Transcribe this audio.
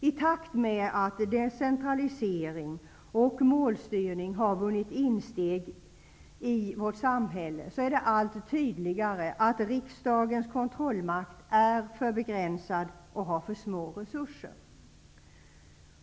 I takt med att decentralisering och målstyrning har vunnit insteg i vårt samhälle är det allt tydligare att riksdagens kontrollmakt är för begränsad och har för små resurser.